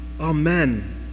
Amen